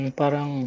parang